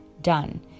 done